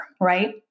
right